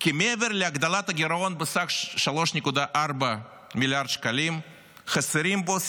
כי מעבר להגדלת הגירעון בסך 3.4 מיליארד שקלים חסרים בו,